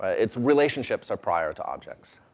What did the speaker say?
it's relationships are prior to objects.